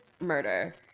murder